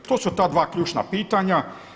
I to su ta dva ključna pitanja.